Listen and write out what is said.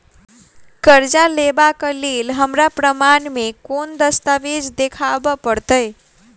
करजा लेबाक लेल हमरा प्रमाण मेँ कोन दस्तावेज देखाबऽ पड़तै?